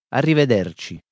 Arrivederci